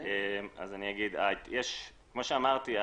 כמו שאמרתי,